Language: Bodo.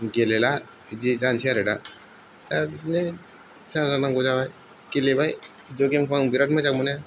गेलेला बिदि जानोसै आरो दा दा बिदिनो जालांनांगौ जाबाय गेलेबाय भिडिय' गेमखौ आं बिरात मोजां मोनो